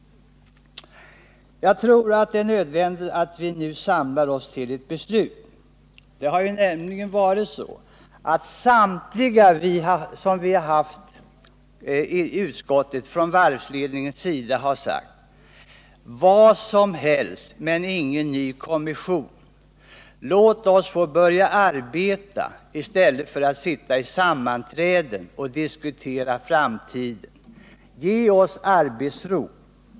Jag tror att det är nödvändigt att vi nu samlar oss till ett beslut. Samtliga de personer från varvsledningen som vi hört i utskottet har nämligen sagt: Vad som helst utom en ny kommission! Låt oss få börja arbeta i stället för att sitta i sammanträden och diskutera framtiden! Ge oss arbetsro!